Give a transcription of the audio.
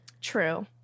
True